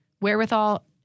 wherewithal